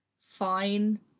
fine